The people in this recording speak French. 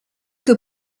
que